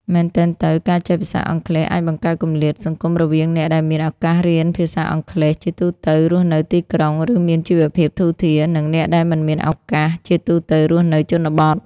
មែនទែនទៅ ការចេះភាសាអង់គ្លេសអាចបង្កើតគម្លាតសង្គមរវាងអ្នកដែលមានឱកាសរៀនភាសាអង់គ្លេស (ជាទូទៅរស់នៅទីក្រុង ឬមានជីវភាពធូរធារ) និងអ្នកដែលមិនមានឱកាស (ជាទូទៅរស់នៅជនបទ)។